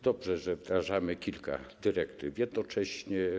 Dobrze, że wdrażamy kilka dyrektyw jednocześnie.